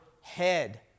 head